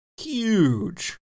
huge